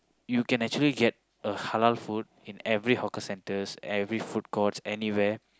you can actually get a halal food in every hawker centre every food court anywhere